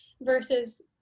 versus